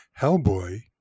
Hellboy